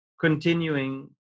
continuing